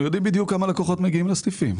אנחנו יודעים בדיוק כמה לקוחות מגיעים לסניפים.